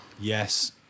Yes